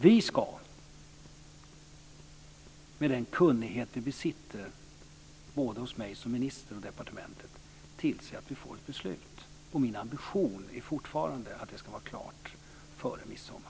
Vi ska, med den kunnighet vi besitter, både jag som minister och inom departementet, tillse att vi får ett beslut. Min ambition är fortfarande att det ska vara klart före midsommar.